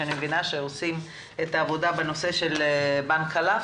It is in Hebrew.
שעושים את העבודה בנושא של בנק חלב-אם,